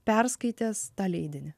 perskaitęs tą leidinį